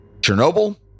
Chernobyl